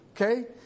Okay